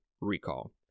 Recall